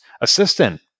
assistant